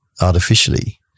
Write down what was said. artificially